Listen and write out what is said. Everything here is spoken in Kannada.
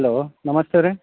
ಹಲೋ ನಮಸ್ತೆ ರೀ